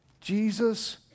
Jesus